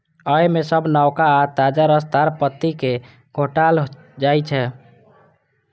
अय मे बस नवका आ ताजा रसदार पत्ती कें खोंटल जाइ छै